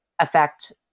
affect